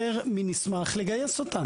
נשמח לגייס אותם.